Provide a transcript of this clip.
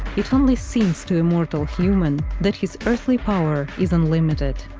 it only seems to a mortal human that his earthly power is unlimited.